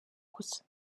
gusa